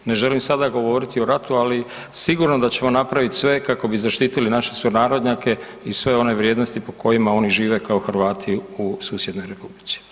Ne želim sada govoriti o ratu, ali sigurno da ćemo napraviti sve kako bi zaštitili naše sunarodnjake i sve one vrijednosti po kojima oni žive kao Hrvati u susjednoj republici.